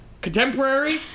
contemporary